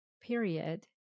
period